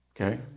okay